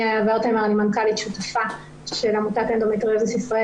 אני מנכ"לית שותפה של עמותת אנדומטריוזיס ישראל